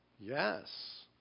Yes